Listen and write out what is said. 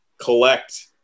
collect